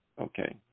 okay